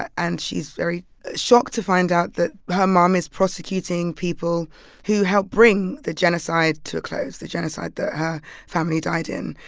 and she's very shocked to find out that her mom is prosecuting people who helped bring the genocide to a close the genocide that her family died in.